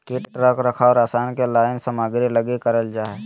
कीट रख रखाव रसायन के लाइन सामग्री लगी करल जा हइ